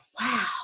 wow